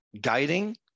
guiding